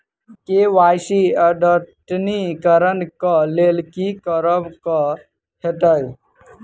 KYC अद्यतनीकरण कऽ लेल की करऽ कऽ हेतइ?